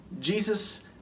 Jesus